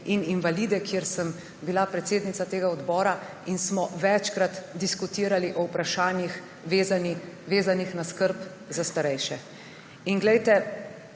in invalide, kjer sem bila predsednica tega odbora in smo večkrat diskutirali o vprašanjih, vezanih na skrb za starejše. In glejte,